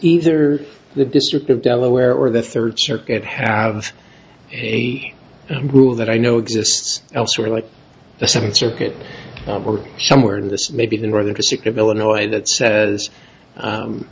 either the district of delaware or the third circuit have a rule that i know exists elsewhere like the second circuit or somewhere in this maybe the northern district of illinois that says